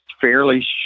fairly